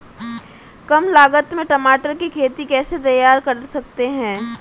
कम लागत में टमाटर की खेती कैसे तैयार कर सकते हैं?